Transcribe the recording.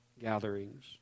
gatherings